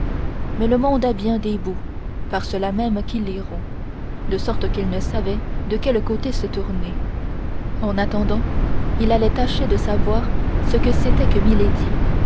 mais le monde a bien des bouts par cela même qu'il est rond de sorte qu'il ne savait de quel côté se tourner en attendant il allait tâcher de savoir ce que c'était que